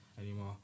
anymore